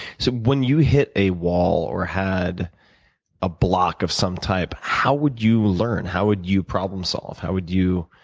so, when you hit a wall, or had a block of some type, how would you learn? how would you problem solve? how would you